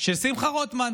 של שמחה רוטמן.